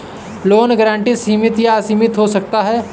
loan guarantee सीमित या असीमित हो सकता है